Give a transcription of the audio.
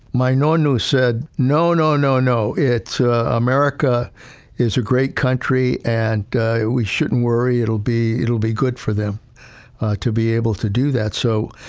my nonno said, no, no, no, no, it's america is a great country, and we shouldn't worry it'll be it'll be good for them to be able to do that. so,